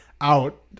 out